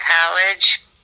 college